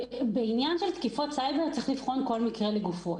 בעניין של תקיפות סייבר צריך לבחון כל מקרה לגופו.